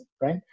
right